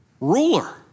ruler